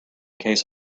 case